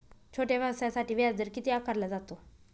छोट्या व्यवसायासाठी व्याजदर किती आकारला जातो?